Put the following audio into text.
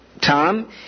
tom